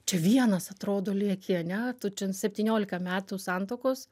čia vienas atrodo lieki ane tu čia septyniolika metų santuokos